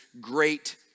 great